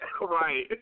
Right